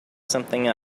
something